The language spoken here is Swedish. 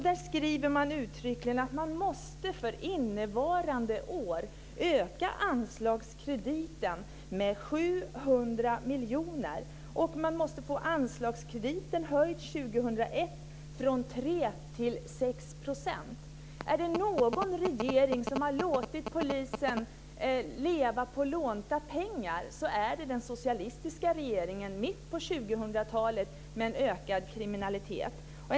Där skriver man uttryckligen att man för innevarande år måste öka anslagskrediten med 700 miljoner. Man måste få anslagskrediten höjd 2001 från 3 % till 6 %. Är det någon regering som har låtit polisen leva på lånta pengar, så är det den socialistiska regeringen på 2000-talet med en ökad kriminalitet som följd.